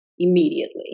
Immediately